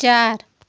चार